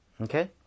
Okay